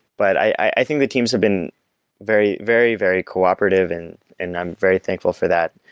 but i think the teams have been very, very very cooperative and and i'm very thankful for that.